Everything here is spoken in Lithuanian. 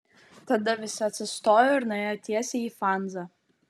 tada visi atsistojo ir nuėjo tiesiai į fanzą